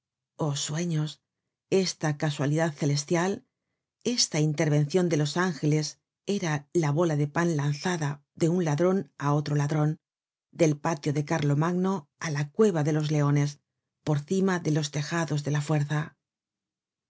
oh sueños esta casualidad celestial esta intervencion de los ángeles era la bola de pan lanzada de un ladron á otro ladron del patio de carlomagno á la cueva de los leones por cima de los tejados de la fuerza